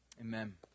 Amen